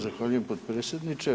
Zahvaljujem potpredsjedniče.